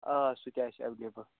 آ سُہ تہِ آسہِ ایٚولیبل